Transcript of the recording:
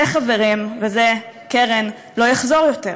זה, חברים, וזה, קרן, לא יחזור יותר.